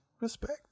respect